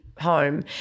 home